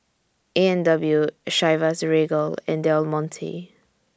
A and W Chivas Regal and Del Monte